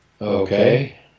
Okay